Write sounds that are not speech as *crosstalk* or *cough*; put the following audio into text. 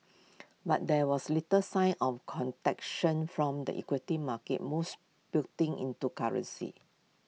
*noise* but there was little sign of conduction from the equity market moves building into currencies